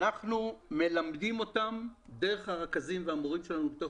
אנחנו מלמדים אותם דרך הרכזים והמורים שלנו בתוך